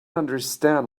understand